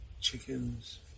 chickens